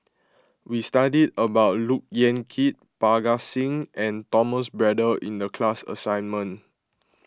we studied about Look Yan Kit Parga Singh and Thomas Braddell in the class assignment